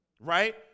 right